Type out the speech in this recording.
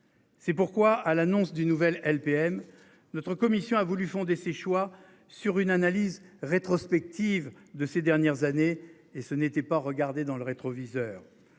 C'est pourquoi à l'annonce d'une nouvelle LPM. Notre commission a voulu fonder ses choix sur une analyse rétrospective de ces dernières années et ce n'était pas regarder dans le rétroviseur.